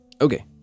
Okay